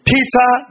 Peter